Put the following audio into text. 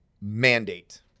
mandate